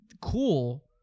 cool